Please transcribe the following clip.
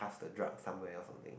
pass the drug somewhere else